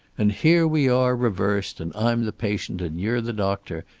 and here we are reversed and i'm the patient and you're the doctor!